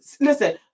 listen